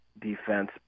defense